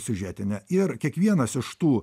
siužetinė ir kiekvienas iš tų